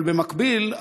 אבל במקביל,